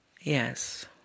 Yes